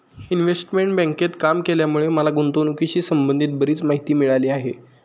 investment बँकेत काम केल्यामुळे मला गुंतवणुकीशी संबंधित बरीच माहिती मिळाली आहे